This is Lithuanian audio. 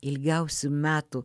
ilgiausių metų